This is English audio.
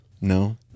no